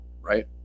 Right